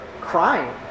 crying